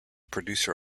producer